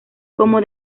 como